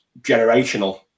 generational